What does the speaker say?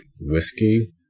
whiskey